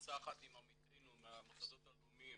בעצה אחת עם עמיתינו מהמוסדות הלאומיים,